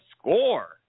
score